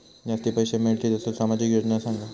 जास्ती पैशे मिळतील असो सामाजिक योजना सांगा?